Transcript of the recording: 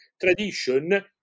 tradition